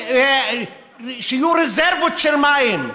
לשימור רזרבות של מים,